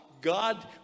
God